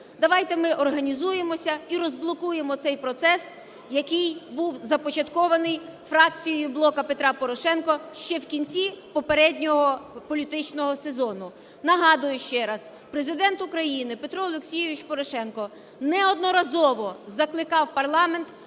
давайте ми організуємося і розблокуємо цей процес, який був започаткований фракцією "Блоку Петра Порошенка" ще в кінці попереднього політичного сезону. Нагадую ще раз: Президент України Петро Олексійович Порошенко неодноразово закликав парламент